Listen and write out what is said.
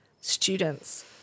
students